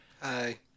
Hi